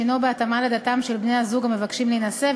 שהוא בהתאמה לדתם של בני-הזוג המבקשים להינשא,